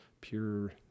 pure